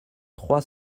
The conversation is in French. trois